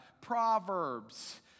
Proverbs